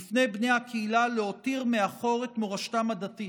בפני בני הקהילה להותיר מאחור את מורשתם הדתית.